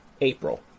April